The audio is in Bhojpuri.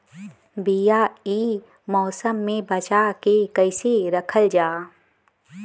बीया ए मौसम में बचा के कइसे रखल जा?